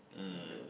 um